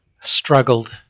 struggled